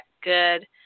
good